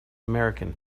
american